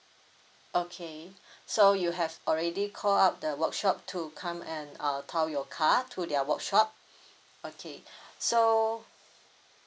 okay so you have already call up the workshop to come and uh tow your car to their workshop okay so